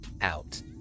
out